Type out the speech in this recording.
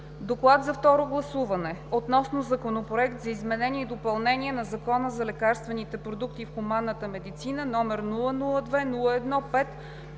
„Доклад за второ гласуване относно Законопроект за изменение и допълнение на Закона за лекарствените продукти в хуманната медицина, № 002 01